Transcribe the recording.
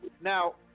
Now